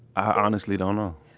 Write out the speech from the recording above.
honestly don't know.